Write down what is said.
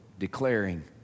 declaring